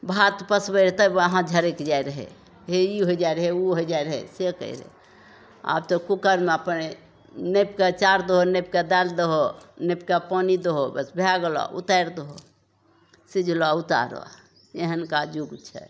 भात पसबै तब हाथ झरैक जाइ रहै हे ई होइ जाइ रहै ओ होइ जाइ रहै से कहै आब तऽ कुकरमे अपने नापि कऽ चाउर दहो नापि कऽ दालि दहो नापि कऽ पानि दहो बस भए गेलऽ ऊतारि दहो सिझलऽ ऊतारऽ एहनका युग छै